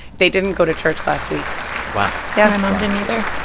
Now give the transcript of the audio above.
they didn't go to church last week wow yeah my mom didn't, either.